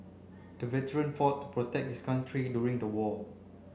the veteran fought to protect his country during the war